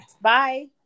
bye